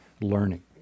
learning